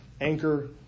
anchor